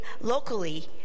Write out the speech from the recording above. locally